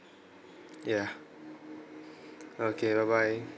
yeah okay bye bye